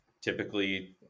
typically